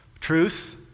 Truth